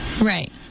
right